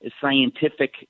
scientific